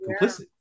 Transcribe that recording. complicit